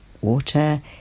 water